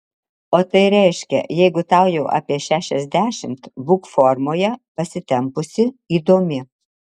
o tai reiškia jeigu tau jau apie šešiasdešimt būk formoje pasitempusi įdomi